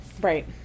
Right